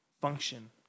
function